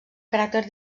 caràcter